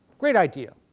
great idea.